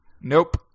nope